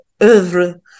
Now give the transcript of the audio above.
oeuvre